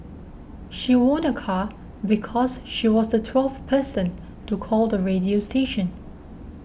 she won a car because she was the twelfth person to call the radio station